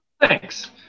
Thanks